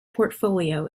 portfolio